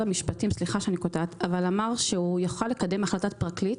המשפטים אמר שהוא יוכל לקדם החלטת פרקליט,